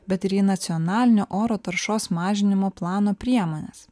bet ir į nacionalinio oro taršos mažinimo plano priemones